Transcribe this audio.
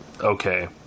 okay